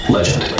Legend